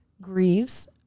grieves